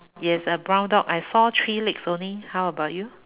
yes a brown dog I saw three legs only how about you